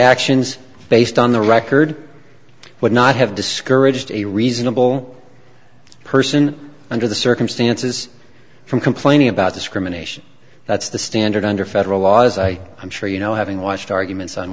actions based on the record would not have discouraged a reasonable person under the circumstances from complaining about discrimination that's the standard under federal law as i i'm sure you know having watched arguments on